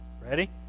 Ready